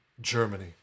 Germany